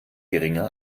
geringer